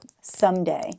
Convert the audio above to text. someday